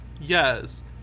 Yes